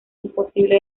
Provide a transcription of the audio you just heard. imposible